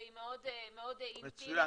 והיא מאוד אינטימית --- אתה לא מגיע שם --- מצוין,